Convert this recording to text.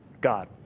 God